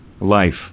life